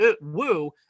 Woo